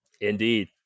Indeed